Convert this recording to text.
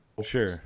Sure